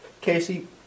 Casey